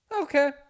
Okay